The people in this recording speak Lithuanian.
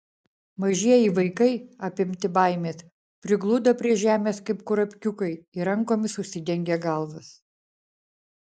mažieji vaikai apimti baimės prigludo prie žemės kaip kurapkiukai ir rankomis užsidengė galvas